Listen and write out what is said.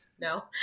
No